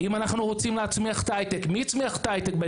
אם אנחנו רוצים להצמיח את ההייטק,